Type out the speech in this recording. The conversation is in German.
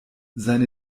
seine